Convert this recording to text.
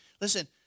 Listen